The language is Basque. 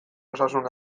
osasun